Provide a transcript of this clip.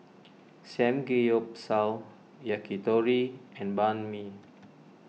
Samgeyopsal Yakitori and Banh Mi